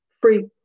free